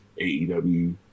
AEW